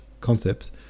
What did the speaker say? concepts